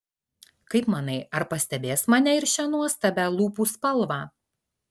kaip manai ar pastebės mane ir šią nuostabią lūpų spalvą